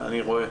אני רואה.